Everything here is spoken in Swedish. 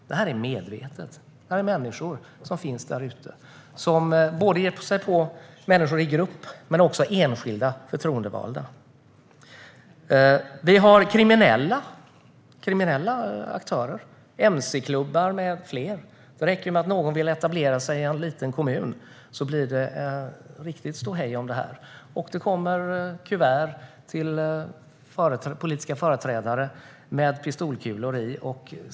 Detta är medvetet. Det är människor som finns där ute som ger sig på både människor i grupp och enskilda förtroendevalda. Vi har kriminella aktörer, mc-klubbar med flera. Det räcker att någon vill etablera sig i en liten kommun för att det ska bli ett riktigt ståhej. Det kommer kuvert till politiska företrädare med pistolkulor.